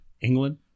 England